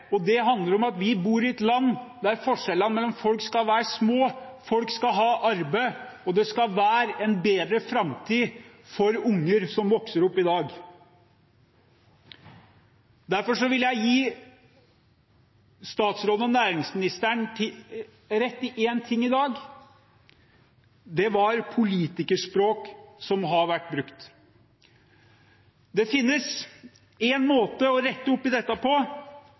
Det handler om at vi bor i et land der forskjellene mellom folk skal være små. Folk skal ha arbeid, og det skal være en bedre framtid for unger som vokser opp i dag. Derfor vil jeg gi statsråden, næringsministeren, rett i én ting i dag: Det er politikerspråk som har vært brukt. Det finnes én måte å rette opp i dette på.